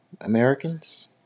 Americans